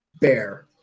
Bear